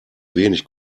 wenig